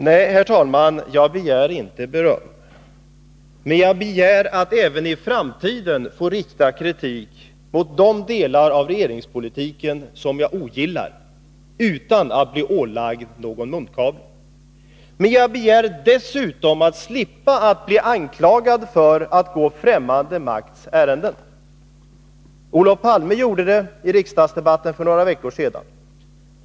Herr talman! Nej, jag begär inte beröm. Men jag begär att även i framtiden få rikta kritik mot de delar av regeringspolitiken som jag ogillar, utan att bli ålagd någon munkavle. Jag begär dessutom att slippa bli anklagad för att gå fftämmande makts ärenden. Olof Palme riktade en sådan anklagelse mot mig i riksdagsdebatten för några veckor sedan.